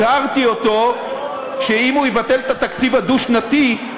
הזהרתי אותו שאם הוא יבטל את התקציב הדו-שנתי,